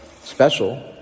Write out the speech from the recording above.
special